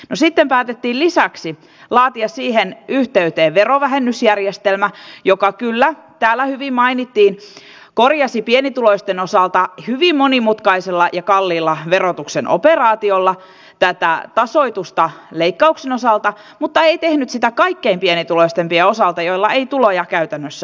no sitten päätettiin lisäksi laatia siihen yhteyteen verovähennysjärjestelmä joka kyllä täällä hyvin mainittiin korjasi pienituloisten osalta hyvin monimutkaisella ja kalliilla verotuksen operaatiolla tätä tasoitusta leikkauksen osalta mutta ei tehnyt sitä kaikkein pienituloisimpien osalta joilla ei tuloja käytännössä ole